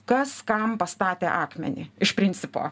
kas kam pastatė akmenį iš principo